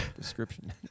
description